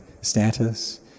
status